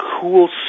cool